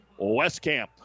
Westcamp